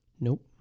Nope